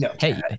Hey